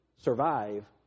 survive